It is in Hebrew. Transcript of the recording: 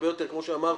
כמו שאמרת,